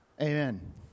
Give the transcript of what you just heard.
Amen